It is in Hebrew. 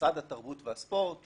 שמשרד התרבות והספורט